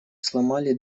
сломали